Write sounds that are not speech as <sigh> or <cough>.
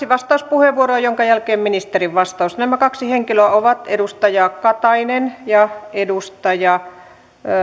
<unintelligible> vastauspuheenvuoroa minkä jälkeen ministerin vastaus nämä kaksi henkilöä ovat edustaja katainen ja edustaja